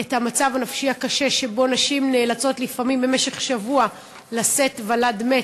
את המצב הנפשי הקשה כשנשים נאלצות לפעמים במשך שבוע לשאת ולד מת,